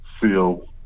feel